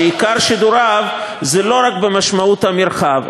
ש"עיקר שידוריו" זה לא רק במשמעות המרחב,